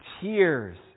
tears